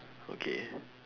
okay